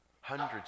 Hundreds